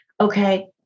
okay